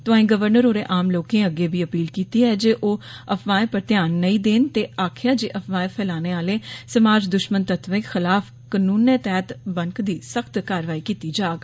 तौंआई governor होरें आम लोकें अग्गे बी अपील कीती ऐ जे ओ अफवाई पर ध्यान नेई देन ते आक्खेया जे अफवाई फैलाने आले समाज द्श्मन तत्वें खलाफ कनूनै तैहत बनकदी सख्त कारवाई कीती जाग